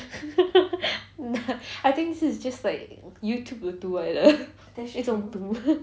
I think this is just like youtube 的毒来的一种毒